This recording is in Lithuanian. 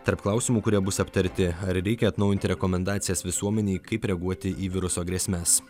tarp klausimų kurie bus aptarti ar reikia atnaujinti rekomendacijas visuomenei kaip reaguoti į viruso grėsmes